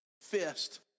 fist